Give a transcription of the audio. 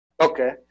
Okay